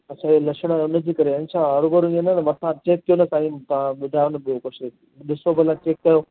अच्छा इहे लक्षण हुनजे करे आहिनि छा हरूभरू हीअं न मथां चैक कयो न साईं तव्हां ॿुधायो न ॿियो कुझु ॾिसो भला चैक कयो